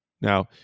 Now